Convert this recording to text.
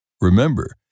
Remember